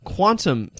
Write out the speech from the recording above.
Quantum